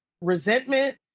resentment